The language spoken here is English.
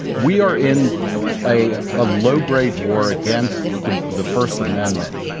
we are in a ah low-grade war against the the first amendment.